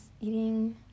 eating